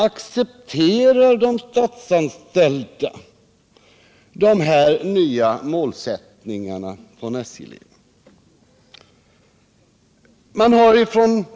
Accepterar de statsanställda de nya målsättningarna från SJ-ledningen?